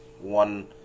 one